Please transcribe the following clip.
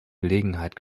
gelegenheit